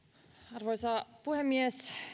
arvoisa puhemies